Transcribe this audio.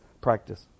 practice